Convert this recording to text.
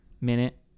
Minute